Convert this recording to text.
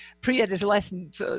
pre-adolescent